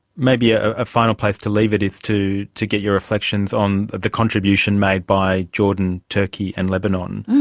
maybe a ah final place to leave it is to to get your reflections on the contribution made by jordan, turkey and lebanon,